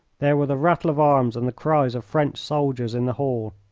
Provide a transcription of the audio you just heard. there were the rattle of arms and the cries of french soldiers in the hall.